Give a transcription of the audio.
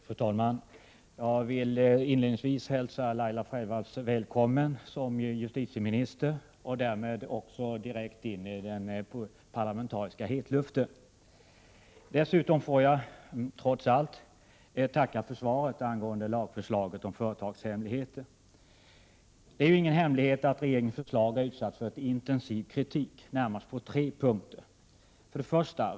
Fru talman! Jag vill inledningsvis hälsa Laila Freivalds välkommen som justitieminister och därmed också hälsa henne välkommen direkt in i den parlamentariska hetluften. Dessutom får jag trots allt tacka för svaret angående lagförslaget om företagshemligheter. Det är ju ingen hemlighet att regeringens förslag har utsatts för en intensiv kritik, närmast på tre punkter. 1.